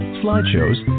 slideshows